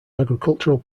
agricultural